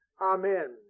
Amen